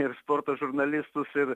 ir sporto žurnalistus ir